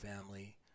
family